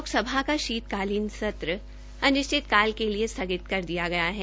लोकसभा का शीतकालीन सत्र अनिश्चितकाल के लिए स्थगित कर दिया गया है